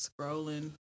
scrolling